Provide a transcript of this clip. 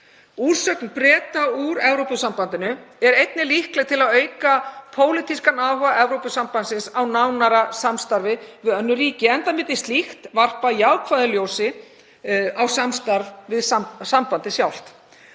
Úrsögn Breta úr Evrópusambandinu er líkleg til að auka pólitískan áhuga Evrópusambandsins á nánara samstarfi við önnur ríki, enda myndi slíkt varpa jákvæðu ljósi á samstarf við sambandið.